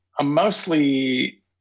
Mostly